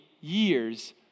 years